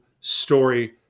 story